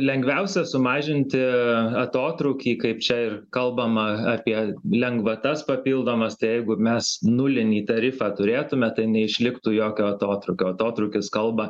lengviausia sumažinti atotrūkį kaip čia ir kalbama apie lengvatas papildomas tai jeigu mes nulinį tarifą turėtume tai neišliktų jokio atotrūkio atotrūkis kalba